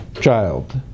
child